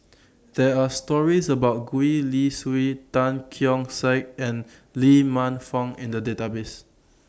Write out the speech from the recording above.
There Are stories about Gwee Li Sui Tan Keong Saik and Lee Man Fong in The Database